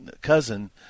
cousin